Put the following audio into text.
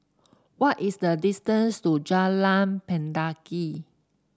what is the distance to Jalan Mendaki